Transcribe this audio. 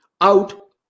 out